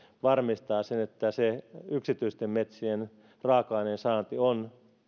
varmistavat sen että se yksityisten metsien raaka aineen saanti on